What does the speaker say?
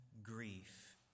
Grief